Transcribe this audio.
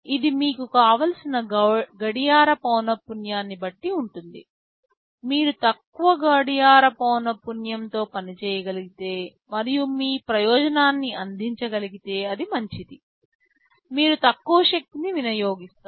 ఇది మీకు కావలసిన గడియార పౌనపున్యాన్ని బట్టి ఉంటుంది మీరు తక్కువ గడియార పౌనపున్యంతో పనిచేయగలిగితే మరియు మీ ప్రయోజనాన్ని అందించగలిగితే అది మంచిది మీరు తక్కువ శక్తిని వినియోగిస్తారు